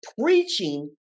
preaching